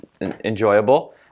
enjoyable